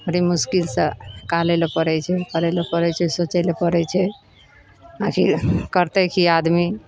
बड़ी मुश्किल से निकालै लए पड़ै छै करै लए पड़ै छै सोचै लए पड़ै छै आखिर करतै की आदमी